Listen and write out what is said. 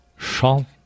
Chant